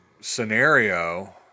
scenario